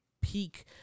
peak